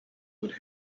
would